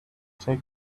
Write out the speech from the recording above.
take